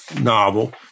novel